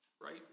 right